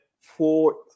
fourth